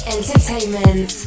Entertainment